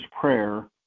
prayer